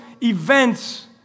events